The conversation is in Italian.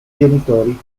genitori